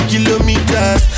Kilometers